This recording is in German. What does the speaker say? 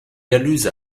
dialyse